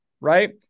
right